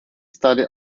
study